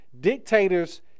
dictators